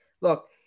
look